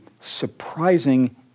surprising